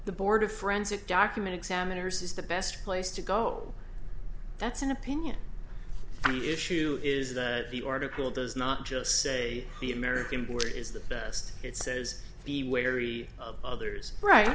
the board of forensic document examiners is the best place to go that's an opinion the issue is that the article does not just say the american border is the best it says be wary of others right